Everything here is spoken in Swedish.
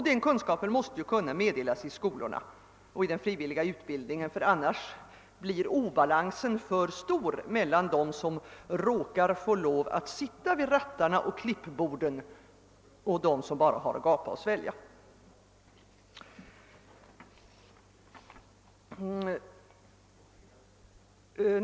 Den kunskapen måste förmedlas av skolorna och i den frivilliga utbildningen, annars blir obalansen för stor mellan dem som råkar få sitta vid rattarna och klippborden och dem som bara har att gapa och svälja.